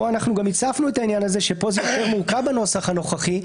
פה אנחנו גם הצפנו את העניין שפה זה יותר מורכב בנוסח הנוכחי,